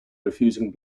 refusing